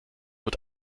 wird